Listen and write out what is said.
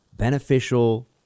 Beneficial